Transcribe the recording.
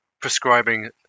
prescribing